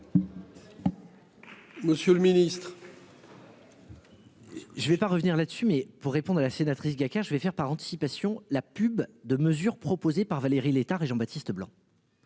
Monsieur le Ministre. Je ne vais pas revenir là-dessus. Mais pour répondre à la sénatrice gars car je vais faire par anticipation la pub de mesures proposées par Valérie Létard et Jean-Baptiste Leblanc.